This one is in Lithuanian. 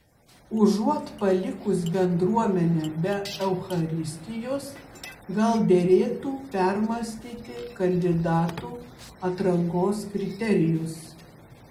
užuot palikus bendruomenę be eucharistijos gal derėtų permąstyti kandidatų atrankos kriterijus